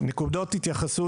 נקודות התייחסות,